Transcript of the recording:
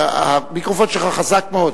המיקרופון שלך חזק מאוד.